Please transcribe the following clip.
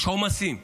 יש עומסים,